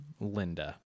Linda